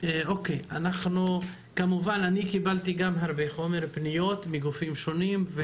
אני קיבלתי הרבה חומר, פניות והערות מגופים שונים.